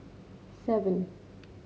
seven